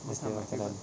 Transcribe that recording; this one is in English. okay makanan